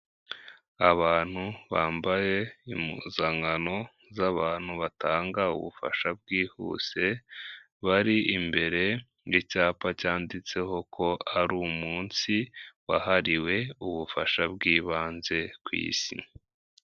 Abantu bambaye impuzankano z'abantu batanga ubufasha bwihuse, bari imbere y'icyapa cyanditseho ko ari umunsi wahariwe ubufasha bwibanze ku isi.